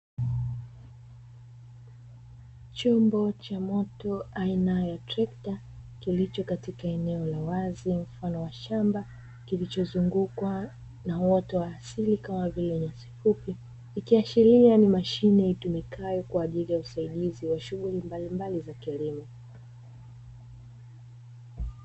Chombo cha moto aina ya trekta kilicho katika eneo la wazi mfano wa shamba. Kilichozungukwa na uoto wa asili kama vile nyasi fupi Ikishiria ni mashine itumikayo kwa ajili ya usaidizi wa shughuli mbalimbali za kilimo.